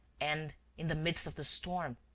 and, in the midst of the storm,